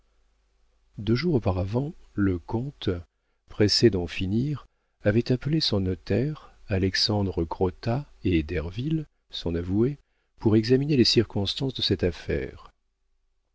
deux jours auparavant le comte pressé d'en finir avait appelé son notaire alexandre crottat et derville son avoué pour examiner les circonstances de cette affaire